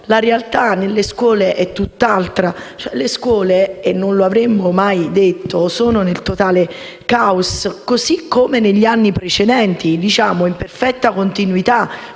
la realtà nelle scuole è tutt'altra. Le scuole - e non lo avremmo mai detto - sono nel totale caos, così come negli anni precedenti, in perfetta continuità